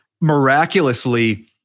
miraculously